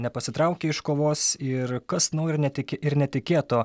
nepasitraukė iš kovos ir kas nori netik ir netikėto